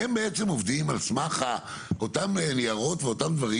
הם בעצם עובדים על סמך אותם ניירות ואותם דברים